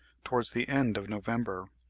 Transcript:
towards the end of november.